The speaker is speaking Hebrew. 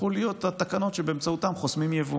שהפכו להיות התקנות שבאמצעותן חוסמים יבוא.